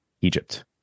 egypt